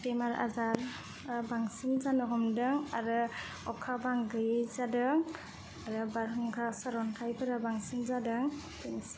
बेमार आजार बांसिन जानो हमदों आरो अखा बां गोयै जादों आरो बारहुंखा सारन्थाइफोरा बांसिन जादों बेनोसै